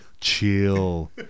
chill